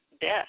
death